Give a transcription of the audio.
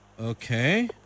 Okay